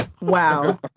Wow